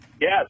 Yes